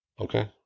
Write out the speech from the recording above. Okay